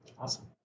Awesome